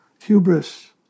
hubris